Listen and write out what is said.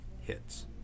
hits